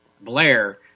Blair